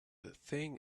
thing